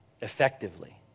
effectively